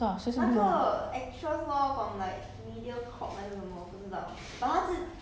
谁是 michelle wong 不知道谁是 michelle wong